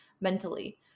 mentally